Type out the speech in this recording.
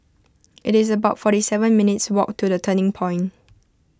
it's about forty seven minutes' walk to the Turning Point